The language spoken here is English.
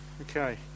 okay